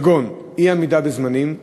כגון אי-עמידה בזמנים,